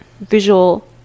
visual